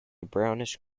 brownish